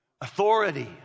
Authority